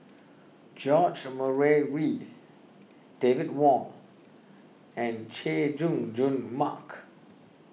George Murray Reith David Wong and Chay Jung Jun Mark